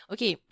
Okay